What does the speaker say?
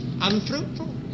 Unfruitful